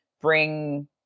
bring